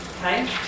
Okay